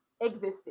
existed